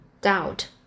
doubt